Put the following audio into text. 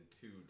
two